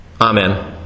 Amen